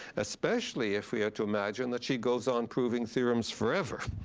especially if we are to imagine that she goes on proving theorems forever,